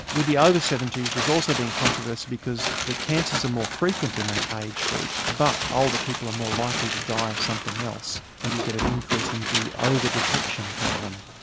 with the over seventy s there's also been controversy because the cancers are more frequent in that age group, but older people are more likely to die of something else, and you get an increase in the over-detection problem.